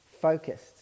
focused